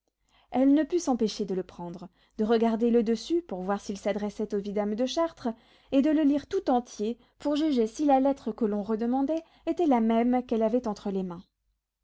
elle ne put s'empêcher de le prendre de regarder le dessus pour voir s'il s'adressait au vidame de chartres et de le lire tout entier pour juger si la lettre que l'on redemandait était la même qu'elle avait entre les mains